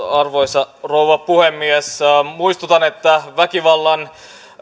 arvoisa rouva puhemies muistutan että väkivallan